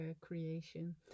creation